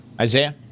Isaiah